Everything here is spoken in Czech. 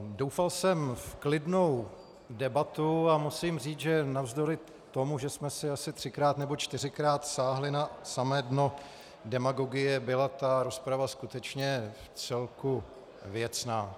Doufal jsem v klidnou debatu a musím říci, že navzdory tomu, že jsme si asi třikrát nebo čtyřikrát sáhli na samé dno demagogie, byla ta rozprava skutečně vcelku věcná.